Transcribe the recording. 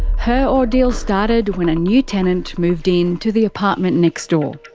her ordeal started when a new tenant moved into the apartment next door.